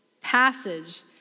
passage